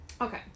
Okay